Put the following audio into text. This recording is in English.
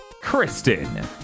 Kristen